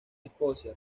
escocia